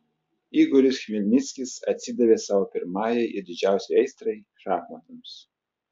igoris chmelnickis atsidavė savo pirmajai ir didžiausiai aistrai šachmatams